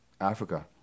Africa